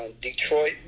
Detroit